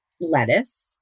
lettuce